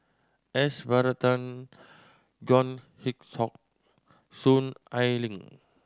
S Varathan John Hitchcock Soon Ai Ling